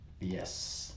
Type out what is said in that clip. Yes